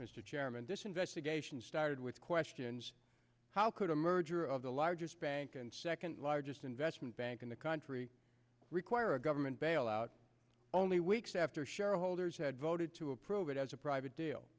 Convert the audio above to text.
chairman this investigation started with questions how could a merger of the largest bank and second largest investment bank in the country require a government bailout only weeks after shareholders had voted to approve it as a private deal